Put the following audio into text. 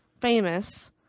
famous